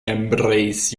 embrace